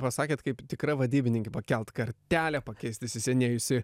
pasakėt kaip tikra vadybininkė pakelt kartelę pakeist įsisenėjusį